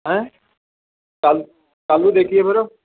ਹੈ ਕੱਲ੍ਹ ਕੱਲ੍ਹ ਨੂੰ ਦੇਖੀਏ ਫਿਰ